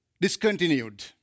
discontinued